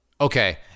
Okay